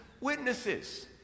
witnesses